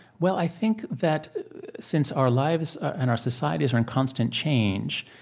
well, i think that since our lives and our societies are in constant change,